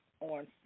on